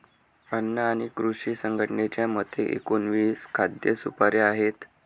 अन्न आणि कृषी संघटनेच्या मते, एकोणीस खाद्य सुपाऱ्या आहेत